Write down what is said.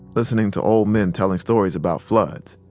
listening to old men telling stories about floods.